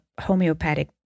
homeopathic